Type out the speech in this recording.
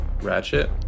Ratchet